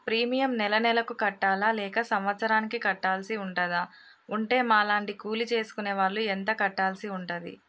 Premium నెల నెలకు కట్టాలా లేక సంవత్సరానికి కట్టాల్సి ఉంటదా? ఉంటే మా లాంటి కూలి చేసుకునే వాళ్లు ఎంత కట్టాల్సి ఉంటది?